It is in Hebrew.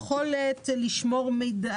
שאנחנו לא יכולים לקיים מבחינה טכנולוגית,